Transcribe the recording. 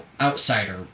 outsider